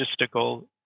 logistical